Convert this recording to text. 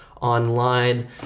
online